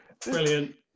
Brilliant